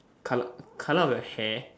coloured colour of your hair